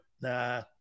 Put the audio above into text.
Nah